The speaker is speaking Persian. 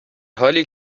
حالی